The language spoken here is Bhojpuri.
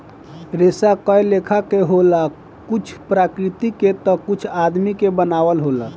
रेसा कए लेखा के होला कुछ प्राकृतिक के ता कुछ आदमी के बनावल होला